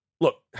look